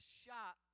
shot